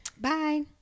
Bye